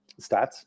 stats